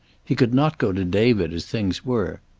he could not go to david, as things were.